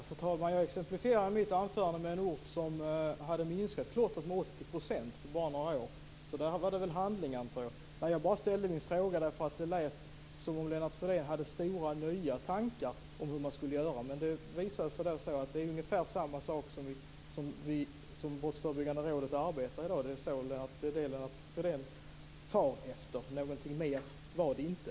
Fru talman! Jag exemplifierade i mitt anförande med en ort som hade minskat klottret med 80 % på bara några år. Där var det väl handling, antar jag. Jag ställde min fråga därför att det lät som om Lennart Fridén hade nya stora tankar om hur man skall göra, men det visade sig gälla ungefär samma saker som Brottsförebyggande rådet arbetar med i dag. Det är det Lennart Fridén far efter. Någonting mer var det inte.